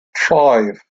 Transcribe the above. five